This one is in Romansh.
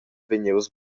vegnius